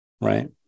right